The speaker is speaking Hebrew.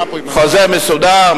חוזה מסודר,